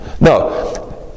No